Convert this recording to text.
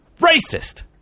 Racist